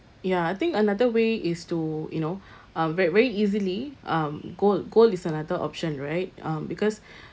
ya I think another way is to you know uh ver~ very easily um gold gold is another option right um because